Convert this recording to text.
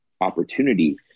opportunity